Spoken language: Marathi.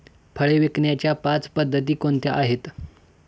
फळे विकण्याच्या पाच पद्धती कोणत्या आहेत?